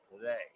today